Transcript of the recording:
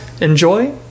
Enjoy